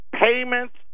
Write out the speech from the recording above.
payments